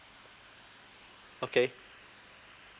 okay